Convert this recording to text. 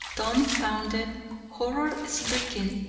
dumbfounded, horror stricken.